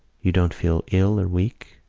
you don't feel ill or weak?